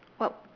what